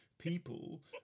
people